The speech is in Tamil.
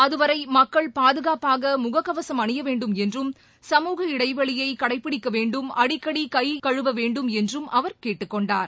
அதுவரை மக்கள் பாதுகாப்பாக முகக்கவசம் அணிய வேண்டும் என்றும் சமூக இடைவெளியை கடைபிடிக்க வேண்டும் அடிக்கடி கைக் கழுவ வேண்டும் என்றும் அவர் கேட்டுக் கொண்டார்